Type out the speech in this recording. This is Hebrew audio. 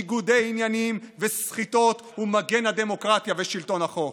ניגודי עניינים וסחיטות הוא מגן הדמוקרטיה ושלטון החוק.